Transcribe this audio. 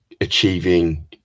achieving